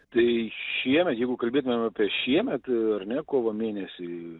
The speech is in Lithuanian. tai šiemet jeigu kalbėtumėm apie šiemet ar ne kovo mėnesį